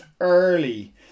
early